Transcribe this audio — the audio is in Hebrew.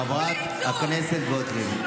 חברת הכנסת גוטליב,